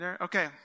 Okay